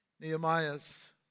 Nehemiah's